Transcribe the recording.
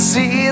See